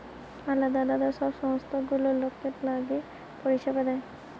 আলদা আলদা সব সংস্থা গুলা লোকের লিগে পরিষেবা দেয়